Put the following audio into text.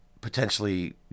potentially